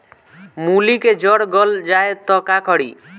मूली के जर गल जाए त का करी?